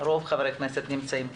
רוב חברי הכנסת נמצאים כאן.